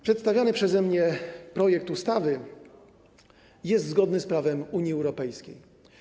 Przedstawiony przeze mnie projekt ustawy jest zgodny z prawem Unii Europejskiej.